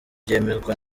byemezwa